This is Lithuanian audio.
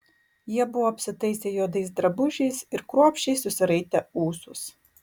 jie buvo apsitaisę juodais drabužiais ir kruopščiai susiraitę ūsus